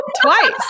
Twice